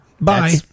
Bye